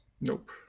Nope